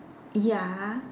ya